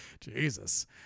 Jesus